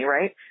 right